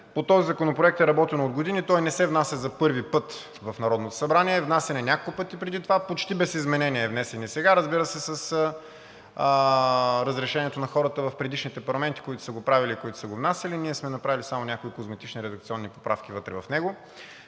по този законопроект е работено от години. Той не се внася за първи път в Народното събрание, а е внасян няколко пъти преди това. Почти без изменение е внесен и сега, разбира се, с разрешението на хората в предишните парламенти, които са го правили и които са го внасяли. Ние сме направили само някои козметични редакционни поправки вътре в него,